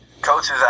coaches